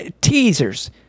teasers